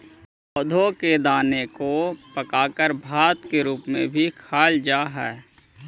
पौधों के दाने को पकाकर भात के रूप में भी खाईल जा हई